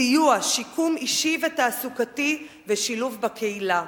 סיוע, שיקום אישי ותעסוקתי ושילוב בקהילה.